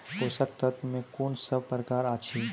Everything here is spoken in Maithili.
पोसक तत्व मे कून सब प्रकार अछि?